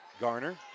Garner